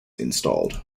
installed